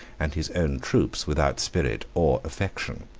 and his own troops without spirit or affection.